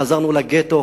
חזרנו לגטו,